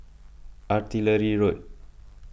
Artillery Road